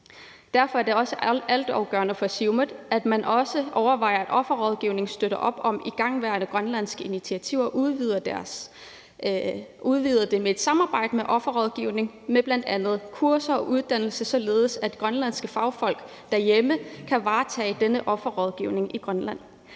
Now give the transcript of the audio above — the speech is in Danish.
Derfor er det også altafgørende for Siumut, at man overvejer, at offerrådgivningen kan støtte op om igangværende grønlandske initiativer, og udvider det med et samarbejde med offerrådgivningen med bl.a. kurser og uddannelse, således at grønlandske fagfolk derhjemme kan varetage denne offerrådgivning i Grønland.